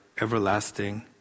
everlasting